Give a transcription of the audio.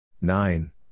nine